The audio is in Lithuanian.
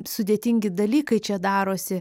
sudėtingi dalykai čia darosi